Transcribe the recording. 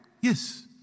Yes